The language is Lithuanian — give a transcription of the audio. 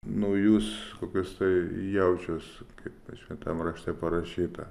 naujus kokius tai jaučius kaip kad šventam rašte parašyta